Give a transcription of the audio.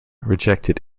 rejected